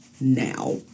now